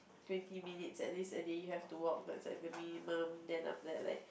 twenty minutes at least a day you have to walk that's like a minimum then after that like